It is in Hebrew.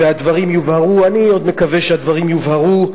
והדברים יובהרו,